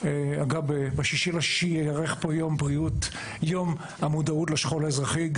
ב-6 ביוני ייערך כאן יום המודעות לשכול האזרחי,